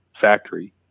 factory